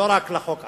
לא רק לחוק עצמו,